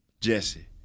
Jesse